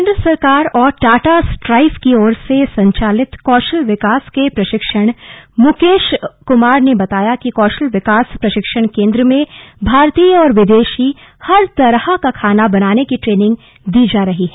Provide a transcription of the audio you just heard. केंद्र सरकार और टाटा स्ट्राइव की ओर से संचालित कौशल विकास के प्रशिक्षक मुकेश कुमार ने बताया कि कौशल विकास प्रशिक्षण केंद्र में भारतीय और विदेशी हर तरह का खाना बनाने की ट्रेनिंग दी जा रही है